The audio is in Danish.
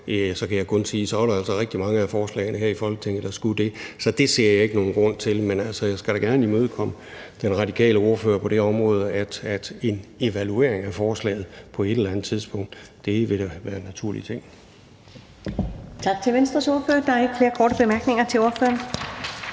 kan jeg kun sige, at så er der altså rigtig mange af forslagene her i Folketinget, der skulle det. Så det ser jeg ikke nogen grund til, men jeg skal da gerne imødekomme den radikale ordfører på det område, at en evaluering af forslaget på et eller andet tidspunkt da ville være en naturlig ting.